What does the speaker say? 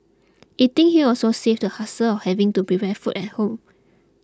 eating here also saves the hassle of having to prepare food at home